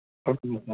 sir